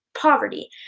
poverty